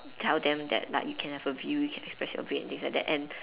tell them that like you can have a view you can express your feelings things like that and